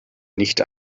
nicht